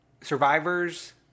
survivors